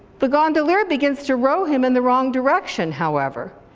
the gondolier begins to row him in the wrong direction however,